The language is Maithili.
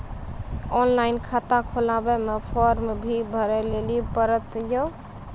ऑनलाइन खाता खोलवे मे फोर्म भी भरे लेली पड़त यो?